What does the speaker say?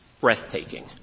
breathtaking